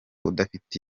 udafite